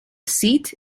seat